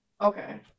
Okay